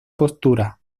postura